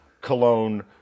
Cologne